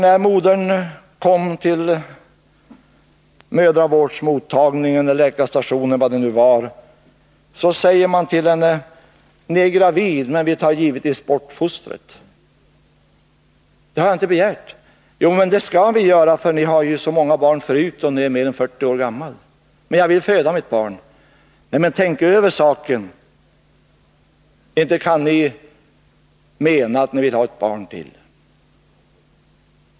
När modern kom till mödravårdsmottagningen eller läkarstationen — vad det nu var — sade man till henne: — Ni är gravid, men vi tar givetvis bort fostret. — Det har jag inte begärt. —-Jo, men det skall vi göra, för ni har ju så många barn förut och ni är mer än 40 år gammal. — Men jag vill föda mitt barn. — Tänk över saken. Inte kan ni mena att ni vill ha ett barn till.